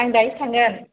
आं दाहायसो थांगोन